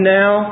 now